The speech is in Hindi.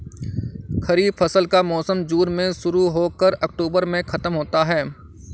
खरीफ फसल का मौसम जून में शुरू हो कर अक्टूबर में ख़त्म होता है